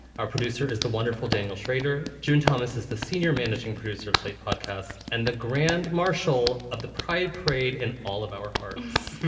our producer is the wonderful daniel shrader. june thomas is the senior managing producer of slate podcasts and the grand marshal of the pride parade and all of our hearts,